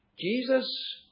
Jesus